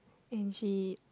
and she